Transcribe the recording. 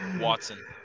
Watson